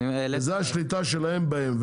זו השליטה שלהם בהם.